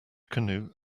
canoe